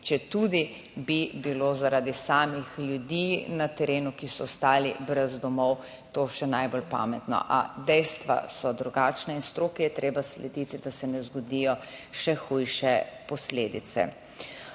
četudi bi bilo zaradi samih ljudi na terenu, ki so ostali brez domov, to še najbolj pametno, a dejstva so drugačna in stroki je treba slediti, da se ne zgodijo še hujše posledice.